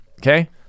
okay